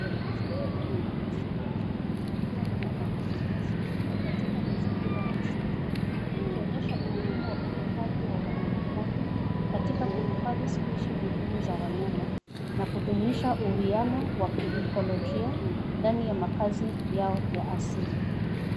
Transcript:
Simba dume na simba jike wakiwa wamelala kwenye nyasi katika mazingira ya misitu ikionyesha umuhimu wa uhifadhi wa wanyama pori katika kuhifadhi specie muhimu za wanyama na kudumisha uwiano wa kiekolojia ndani ya makazi yao ya asili.